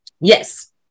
Yes